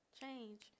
change